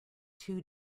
too